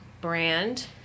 brand